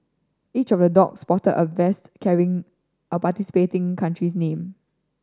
each of the dog sported a vest carrying a participating country's name